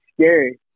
scary